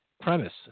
premise